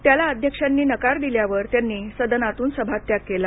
त्याला अध्यक्षांनी नकार दिल्यावर त्यांनी सदनातून सभात्याग केला